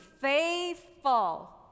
Faithful